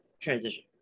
transition